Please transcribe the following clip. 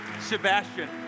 Sebastian